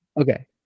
Okay